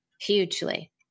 hugely